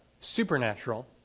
supernatural